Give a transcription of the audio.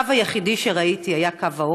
/ הקו היחיד שראיתי היה קו האופק,